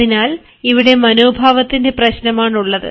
അതിനാൽ ഇവിടെ മനോഭാവത്തിന്റെ പ്രശ്നമാണുള്ളത്